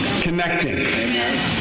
connecting